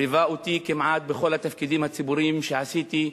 ליווה אותי כמעט בכל התפקידים הציבוריים שעשיתי,